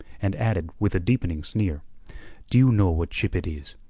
and added with a deepening sneer do you know what ship it is?